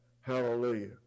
Hallelujah